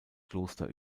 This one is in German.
kloster